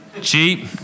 Cheap